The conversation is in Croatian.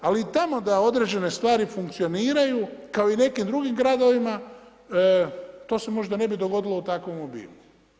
Ali i tamo da određene stvari funkcioniraju kao i u nekim drugim gradovima to se možda ne bi dogodilo u takvom obimu.